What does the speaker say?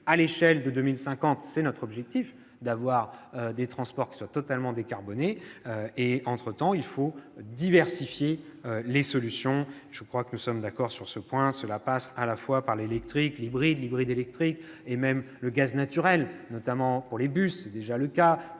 à l'échelle de 2050, c'est bien notre objectif d'avoir des transports qui soient totalement décarbonés. D'ici là, il faut diversifier les solutions, et je crois que nous sommes d'accord sur ce point. Cela passe à la fois par l'électrique, l'hybride, l'hybride électrique et même le gaz naturel, notamment pour les bus- c'est déjà le cas